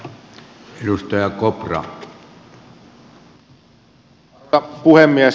arvoisa puhemies